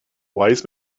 wise